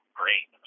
great